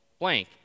blank